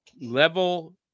level